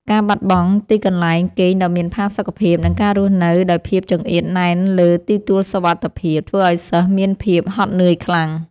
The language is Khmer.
ការបាត់បង់ទីកន្លែងគេងដ៏មានផាសុកភាព និងការរស់នៅដោយភាពចង្អៀតណែនលើទីទួលសុវត្ថិភាព ធ្វើឱ្យសិស្សមានភាពហត់នឿយខ្លាំង។